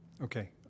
Okay